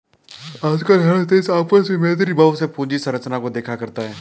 आजकल हर देश आपस में मैत्री भाव से पूंजी संरचना को देखा करता है